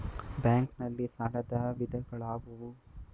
Bank ನಲ್ಲಿ ಸಾಲದ ವಿಧಗಳಾವುವು?